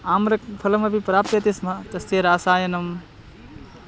आम्रफलमपि प्राप्यते स्म तस्य रसायनं